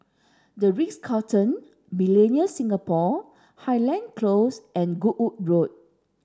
The Ritz Carlton Millenia Singapore Highland Close and Goodwood Road